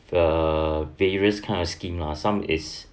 a various kind of scheme lah some is